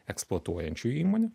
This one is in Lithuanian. eksploatuojančių įmonių